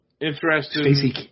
Interesting